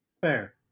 Fair